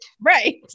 Right